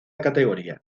categoría